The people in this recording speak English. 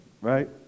right